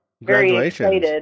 congratulations